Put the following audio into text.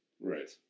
right